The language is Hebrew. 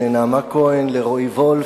נעמה כהן ורועי וולף,